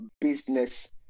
business